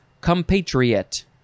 compatriot